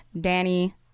danny